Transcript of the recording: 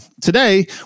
Today